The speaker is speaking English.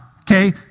okay